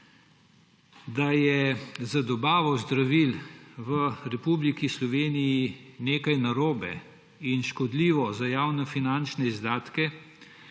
da je z dobavo zdravil v Republiki Sloveniji nekaj narobe in škodljivo za javnofinančne izdatke,